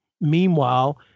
meanwhile